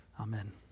Amen